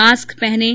mask पहनें